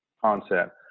concept